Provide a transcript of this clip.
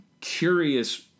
curious